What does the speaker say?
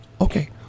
Okay